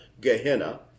Gehenna